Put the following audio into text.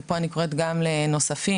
ופה אני קוראת גם לגורמים נוספים,